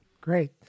Great